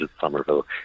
Somerville